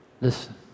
listen